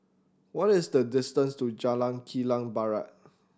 what is the distance to Jalan Kilang Barat